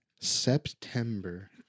September